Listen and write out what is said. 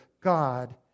God